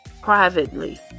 privately